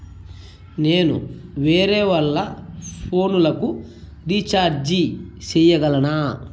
నేను వేరేవాళ్ల ఫోను లకు రీచార్జి సేయగలనా?